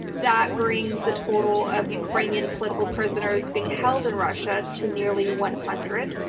that brings the total of ukrainian political prisoners being held in russia to nearly one hundred.